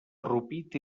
rupit